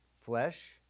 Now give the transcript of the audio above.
Flesh